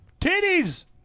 Titties